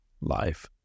life